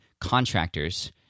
contractors